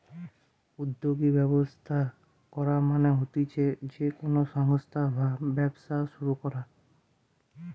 উদ্যোগী ব্যবস্থা করা মানে হতিছে যে কোনো সংস্থা বা ব্যবসা শুরু করা